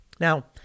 Now